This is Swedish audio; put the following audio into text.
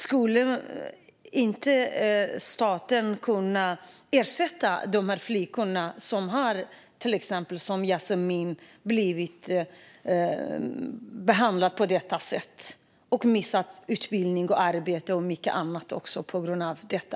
Skulle staten inte kunna ersätta dessa flickor, till exempel Yasmine, som har blivit behandlade på detta sätt och missat utbildning, arbete och mycket annat på grund av detta?